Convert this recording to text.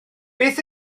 beth